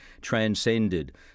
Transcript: transcended